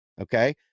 okay